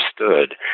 understood